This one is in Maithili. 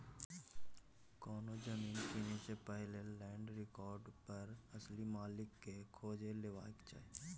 कोनो जमीन कीनय सँ पहिने लैंड रिकार्ड पर असली मालिक केँ खोजि लेबाक चाही